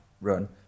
run